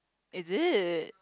is it